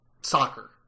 soccer